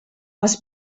els